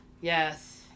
Yes